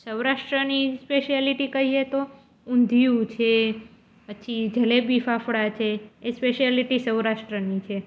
સૌરાષ્ટ્રની સ્પેશિયાલિટી કહીએ તો ઊંધિયું છે પછી જલેબી ફાફડા છે એ સ્પેશિયાલિટી સૌરાષ્ટ્રની છે